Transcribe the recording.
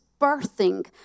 birthing